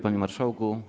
Panie Marszałku!